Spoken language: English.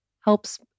helps